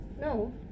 No